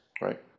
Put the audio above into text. Right